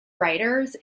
writers